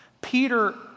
Peter